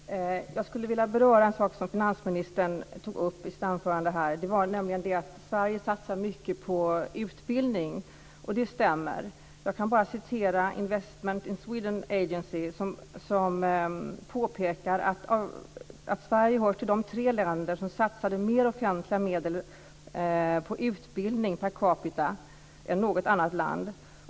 Herr talman! Jag skulle vilja beröra en sak som finansministern tog upp i sitt anförande. Sverige satsar mycket på utbildning, och det stämmer. Jag kan bara citera Investment in Sweden Agency, som påpekar att Sverige hör till de tre länder som satsar mer medel för utbildning per capita än något annat land.